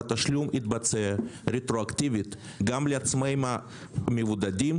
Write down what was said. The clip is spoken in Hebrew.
והתשלום יתבצע רטרואקטיבית גם לעצמאים המבודדים